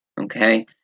Okay